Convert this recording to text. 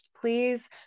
please